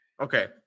Okay